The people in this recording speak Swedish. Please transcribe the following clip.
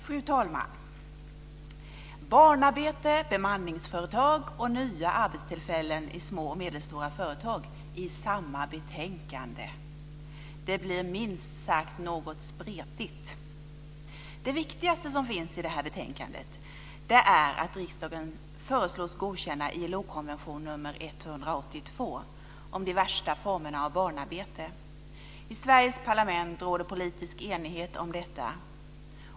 Fru talman! Barnarbete, bemanningsföretag och nya arbetstillfällen i små och medelstora företag i samma betänkande - det blir minst sagt något spretigt! Det viktigaste i betänkandet är att riksdagen föreslås godkänna ILO-konvention nr 182 om de värsta formerna av barnarbete. I Sveriges parlament råder politisk enighet om detta.